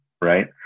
right